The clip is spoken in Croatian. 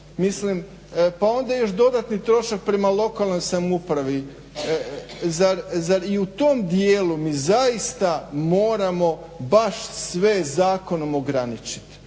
prostore, pa onda još dodatni trošak prema lokalnoj samoupravi, zar i u tom dijelu mi zaista moramo baš sve zakonom ograničit.